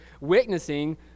witnessing